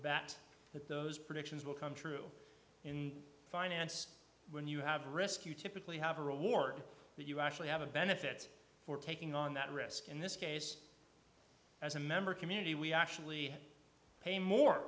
that that those predictions will come true in finance when you have risk you typically have a reward that you actually have a benefit for taking on that risk in this case as a member community we actually pay more